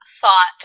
thought